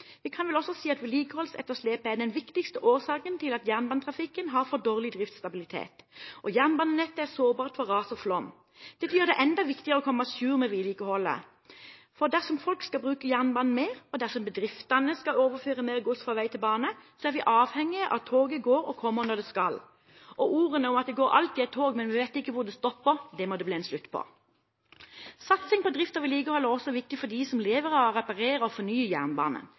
Vi kan vel også si at vedlikeholdsetterslepet er den viktigste årsaken til at jernbanetrafikken har for dårlig driftsstabilitet, og jernbanenettet er sårbart for ras og flom. Dette gjør det enda viktigere å komme à jour med vedlikeholdet. For dersom folk skal bruke jernbanen mer, og dersom bedriftene skal overføre mer gods fra vei til bane, er vi avhengig av at toget går og kommer når det skal. Ordene «det går alltid et tog, men vi vet ikke hvor det stopper» må det bli en slutt på. Satsing på drift og vedlikehold er også viktig for dem som lever av å reparere og fornye jernbanen.